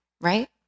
Right